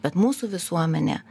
bet mūsų visuomenė